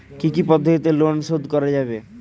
কি কি পদ্ধতিতে লোন শোধ করা যাবে?